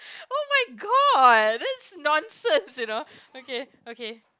oh-my-god that's nonsense you know okay okay